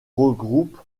regroupe